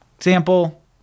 Example